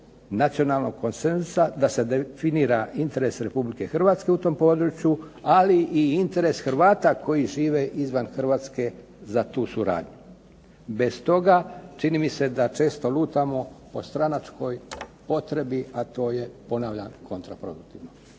nacionalnog konsenzusa, da se definira interes Republike Hrvatske u tom području, ali i interes Hrvata koji žive izvan Hrvatske za tu suradnju. Bez toga čini mi se da često lutamo o stranačkoj potrebi, a to je ponavljam kontra produktivno.